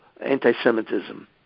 anti-Semitism